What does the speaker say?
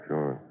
Sure